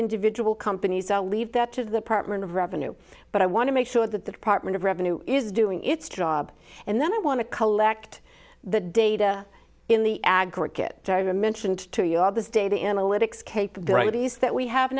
individual companies i'll leave that to the partner and revenue but i want to make sure that the department of revenue is doing its job and then i want to collect the data in the aggregate mentioned to you all this data analytics capabilities that we have